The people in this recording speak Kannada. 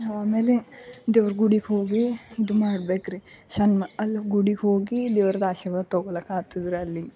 ಆಮೇಲೆ ದೇವ್ರ ಗುಡಿಗೆ ಹೋಗಿ ಇದು ಮಾಡಬೇಕ್ರಿ ಶರ್ಣ ಅಲ್ಲಿ ಗುಡಿಗೆ ಹೋಗಿ ದೇವ್ರದು ಆಶೀರ್ವಾದ ತೊಗೋಳೋಕಾಗ್ತದ ರಿ ಅಲ್ಲಿ